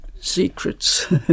secrets